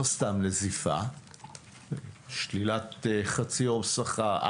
לא סתם נזיפה אלא שלילת חצי יום שכר,